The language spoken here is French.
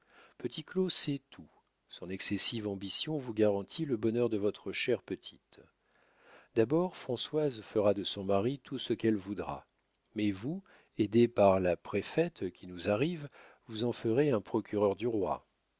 petit claud sait tout son excessive ambition vous garantit le bonheur de votre chère petite d'abord françoise fera de son mari tout ce qu'elle voudra mais vous aidé par la préfète qui nous arrive vous en ferez un procureur du roi